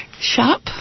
shop